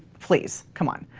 please come on